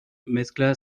mezcla